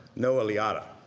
noah liadada.